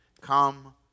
come